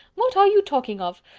what are you talking of?